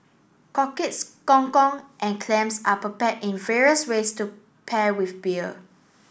cockles gong gong and clams are prepared in various ways to pair with beer